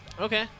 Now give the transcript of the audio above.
Okay